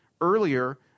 earlier